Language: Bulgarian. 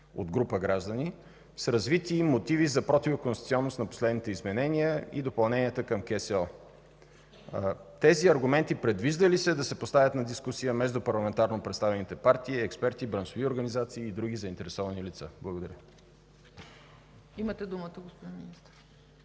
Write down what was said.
от група граждани с развити мотиви за противоконституционност на последните изменения и допълнения в Кодекса за социално осигуряване. Тези аргументи предвижда ли се да се поставят на дискусия между парламентарно представените партии, експерти, браншови организации и други заинтересовани лица? Благодаря. ПРЕДСЕДАТЕЛ ЦЕЦКА ЦАЧЕВА: Имате думата, господин Министър.